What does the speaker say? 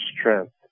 strength